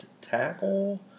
tackle